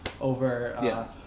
over